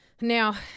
Now